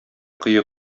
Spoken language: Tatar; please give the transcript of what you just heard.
кое